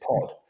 pod